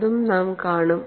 അതും നാം കാണും